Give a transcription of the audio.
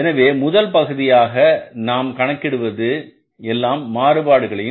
எனவே முதல் பகுதியாக நாம் கணக்கிட்டது எல்லாம் மாறுபாடுகளையும்